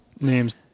names